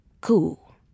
cool